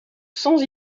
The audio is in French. sans